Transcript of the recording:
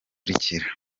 bikurikira